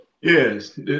Yes